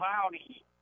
cloudy